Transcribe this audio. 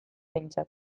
behintzat